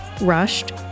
rushed